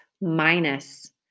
minus